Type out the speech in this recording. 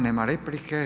Nema replike.